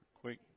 quick